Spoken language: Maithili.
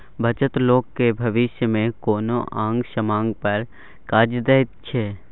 बचत लोक केँ भबिस मे कोनो आंग समांग पर काज दैत छै